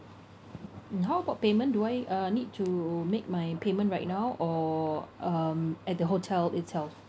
mm how about payment do I uh need to make my payment right now or um at the hotel itself